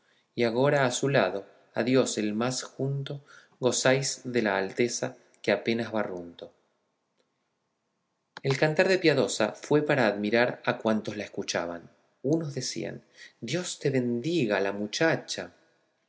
y agora a su lado a dios el más junto gozáis de la alteza que apenas barrunto el cantar de preciosa fue para admirar a cuantos la escuchaban unos decían dios te bendiga la muchacha